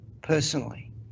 personally